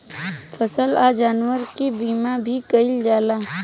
फसल आ जानवर के बीमा भी कईल जाला